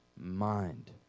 mind